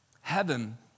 Heaven